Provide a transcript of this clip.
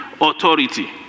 Authority